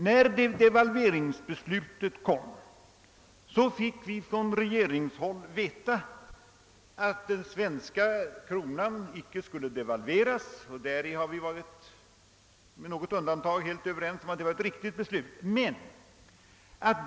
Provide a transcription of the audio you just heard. När devalveringsbeslutet blev känt fick vi från regeringshåll veta att den svenska kronan icke skulle devalveras, och vi har med något undantag varit överens om att detta var ett helt riktigt beslut.